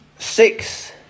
Six